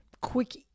quick